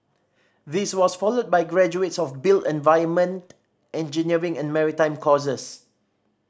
this was followed by graduates of built environment engineering and maritime courses